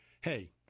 hey